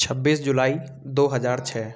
छब्बीस जुलाई दो हजार छः